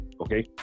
Okay